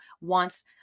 wants